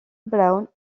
brown